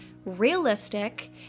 realistic